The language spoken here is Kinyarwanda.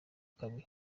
kabili